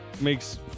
makes